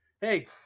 hey